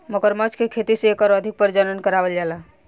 मगरमच्छ के खेती से एकर अधिक प्रजनन करावल जाला